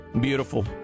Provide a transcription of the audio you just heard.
Beautiful